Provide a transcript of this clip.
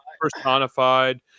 personified